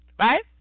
right